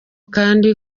kandi